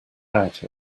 doubt